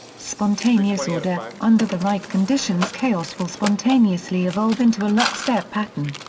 spontaneous order under the right conditions chaos will spontaneously evolve into a lockstep pattern.